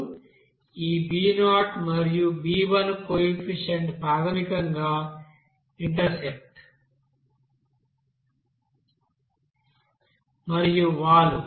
ఇప్పుడు ఈ b0 మరియు b1 కోఎఫిషియెంట్ ప్రాథమికంగా ఇంట్రసెప్ట్ మరియు వాలు